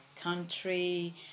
country